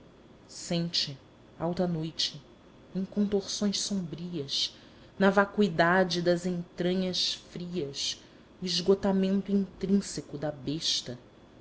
sente alta noite em contorções sombrias na vacuidade das entranhas frias o esgotamento intrínseco da besta